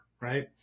right